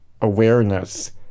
awareness